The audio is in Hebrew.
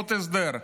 עוד הסדר,